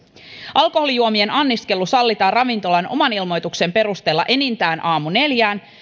alkoholijuomien anniskelu sallitaan ravintolan oman ilmoituksen perusteella enintään aamuneljään